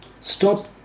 stop